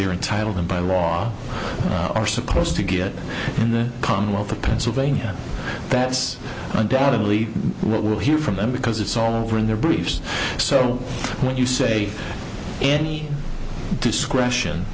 they're entitled to by law are supposed to get in the commonwealth of pennsylvania that's undoubtedly what we'll hear from them because it's all over in their briefs so what you say any discretion